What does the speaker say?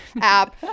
app